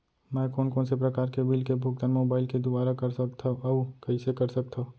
मैं कोन कोन से प्रकार के बिल के भुगतान मोबाईल के दुवारा कर सकथव अऊ कइसे कर सकथव?